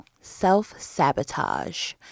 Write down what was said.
self-sabotage